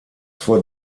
vor